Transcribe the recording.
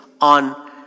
on